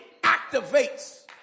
activates